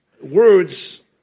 words